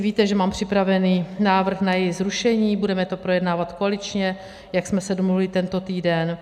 Víte, že mám připravený návrh na její zrušení, budeme to projednávat koaličně, jak jsme se domluvili tento týden.